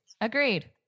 Agreed